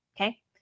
okay